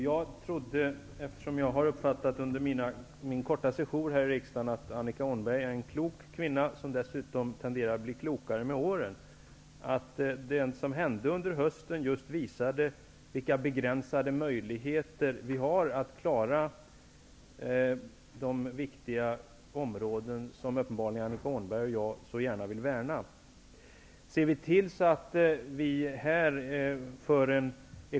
Jag utgick -- eftersom jag under min korta sejour här i riksdagen tyckt mig ha uppfattat att Annika Åhnberg är en klok kvinna, som dessutom tenderar att bli klokare med åren -- från att det som hände under hösten visar vilka begränsade möjligheter som vi har att klara de viktiga områden som jag och Annika Åhnberg uppenbarligen båda vill värna.